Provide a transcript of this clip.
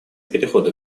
перехода